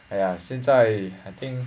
哎呀现在 hunting